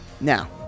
Now